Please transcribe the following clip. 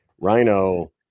rhino